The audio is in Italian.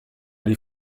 dei